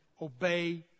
obey